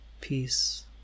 peace